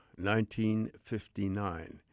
1959